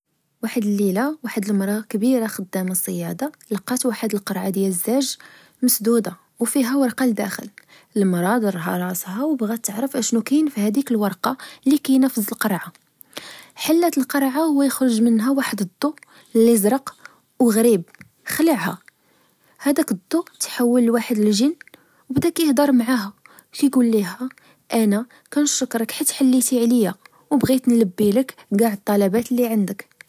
واحد الليلة واحد المرا كبيرة خدامة صيادة لقات واحد القرعة ديال الزاج مسدودة وفيها ورقة لداخل المرا ضرها راسها وبغات تعرف اشنو كاين في هديك الورقة اللي كاينه في القرعة حلات القرعة هو يخرج منها واحد الضوء الازرق وغريب خلعها هاداك الضو تحول لواحد الجن وبدا كيهضر معاها كيقول ليها انا كنشكرك حيت حليتي عليا وبغيت نلبي ليك كاع الطلبات اللي عندك